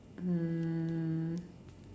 um